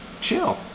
chill